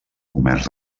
comerç